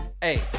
Hey